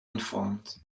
informed